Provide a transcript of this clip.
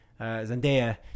Zendaya